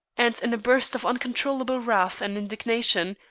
and in a burst of uncontrollable wrath and indignation,